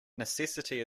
necessity